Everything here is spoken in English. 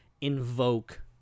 invoke